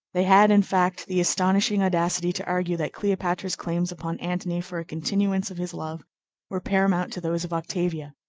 they had, in fact, the astonishing audacity to argue that cleopatra's claims upon antony for a continuance of his love were paramount to those of octavia.